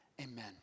amen